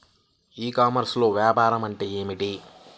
ఈ కామర్స్లో వ్యాపారం అంటే ఏమిటి?